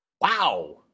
Wow